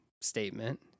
statement